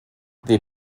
they